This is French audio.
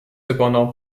cependant